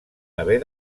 haver